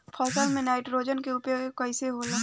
फसल में नाइट्रोजन के उपयोग कइसे होला?